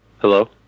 Hello